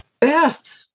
Beth